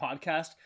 podcast